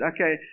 okay